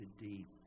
deep